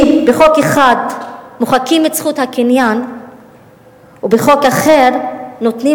כי בחוק אחד מוחקים את זכות הקניין ובחוק אחר נותנים